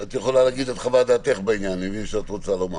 חוות דעתך בעניין, בבקשה.